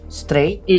straight